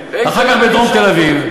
אחר כך בדרום תל-אביב.